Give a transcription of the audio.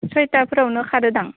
सयताफोरावनो खारोदां